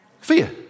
fear